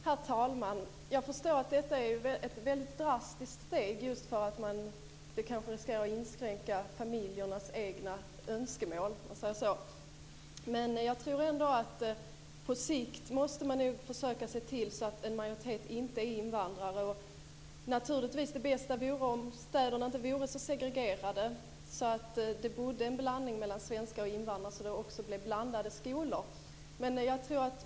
Herr talman! Jag förstår att detta är ett drastiskt steg därför att det riskerar att inskränka familjernas egna önskemål. Men jag tror ändå att på sikt måste man nog försöka se till att en majoritet inte är invandrare. Det bästa vore naturligtvis om städerna inte vore så segregerade utan att det bodde en blandning mellan svenskar och invandrare där så att det också blev blandade skolor.